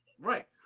Right